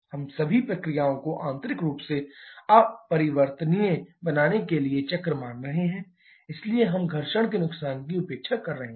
हम सभी प्रक्रियाओं को आंतरिक रूप से अपरिवर्तनीय बनाने के लिए चक्र मान रहे हैं इसलिए हम घर्षण के नुकसान की उपेक्षा कर रहे हैं